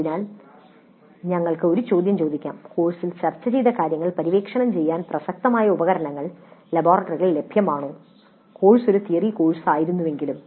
അതിനാൽ ഞങ്ങൾക്ക് ഒരു ചോദ്യം ചോദിക്കാം "കോഴ്സിൽ ചർച്ച ചെയ്ത കാര്യങ്ങൾ പര്യവേക്ഷണം ചെയ്യാൻ പ്രസക്തമായ ഉപകരണങ്ങൾ ലബോറട്ടറികളിൽ ലഭ്യമാണോ" കോഴ്സ് ഒരു തിയറി കോഴ്സായിരുന്നുവെങ്കിലും